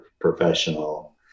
professional